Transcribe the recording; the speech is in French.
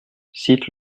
cite